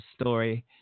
story